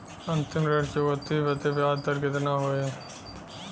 अंतिम ऋण चुकौती बदे ब्याज दर कितना होई?